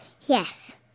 Yes